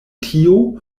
tio